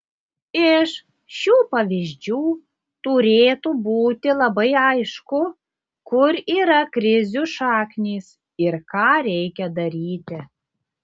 iš šių pavyzdžių turėtų būti labai aišku kur yra krizių šaknys ir ką reikia daryti